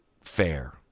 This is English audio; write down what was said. fair